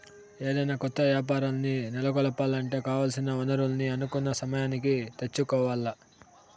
ఏదైనా కొత్త యాపారాల్ని నెలకొలపాలంటే కావాల్సిన వనరుల్ని అనుకున్న సమయానికి తెచ్చుకోవాల్ల